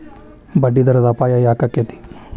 ಬಡ್ಡಿದರದ್ ಅಪಾಯ ಯಾಕಾಕ್ಕೇತಿ?